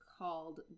Called